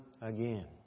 again